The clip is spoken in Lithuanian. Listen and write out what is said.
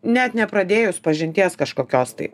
net nepradėjus pažinties kažkokios tai